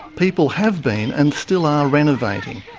people have been, and still are, renovating.